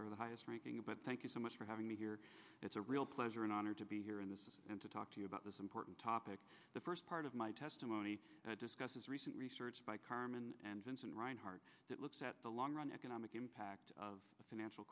ranking the highest ranking but thank you so much for having me here it's a real pleasure an honor to be here in this and to talk to you about this important topic the first part of my testimony discusses recent research by carmen and vincent reinhart that looks at the long run economic impact of financial